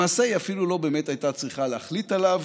למעשה היא אפילו לא באמת הייתה צריכה להחליט עליו,